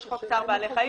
יש חוק צער בעלי חיים,